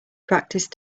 practice